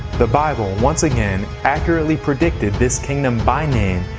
the bible, once again, accurately predicted this kingdom by name,